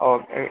okay